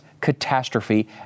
catastrophe